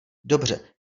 dobře